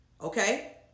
okay